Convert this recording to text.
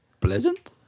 pleasant